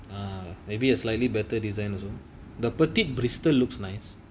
uh maybe a slightly better design also the petite bristol looks nice